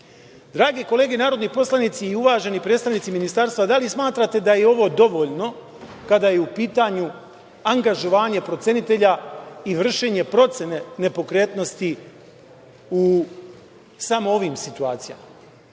kolege narodni poslanici i uvaženi predstavnici ministarstva, da li smatrate da je ovo dovoljno kada je u pitanja angažovanje procenitelja i vršenje procene nepokretnosti u samo ovim situacijama?